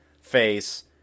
face